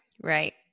Right